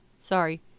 sorry